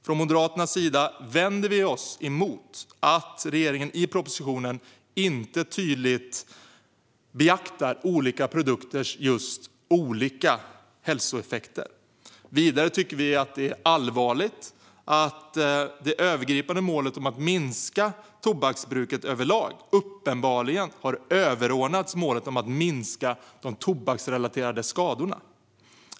Från Moderaternas sida vänder vi oss emot att regeringen i propositionen inte tydligt beaktar produkters olika hälsoeffekter. Vidare tycker vi att det är allvarligt att det övergripande målet om att minska tobaksbruket överlag uppenbarligen har överordnats målet om att minska de tobaksrelaterade skadorna.